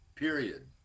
Period